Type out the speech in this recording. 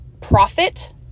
profit